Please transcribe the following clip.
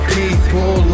people